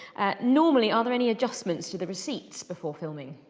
normally are there any adjustments to the receipts before filming?